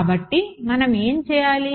కాబట్టి మనం ఏమి చేయాలి